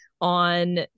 on